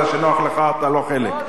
מתי שנוח לך אתה לא חלק.